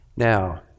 Now